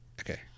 Okay